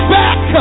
back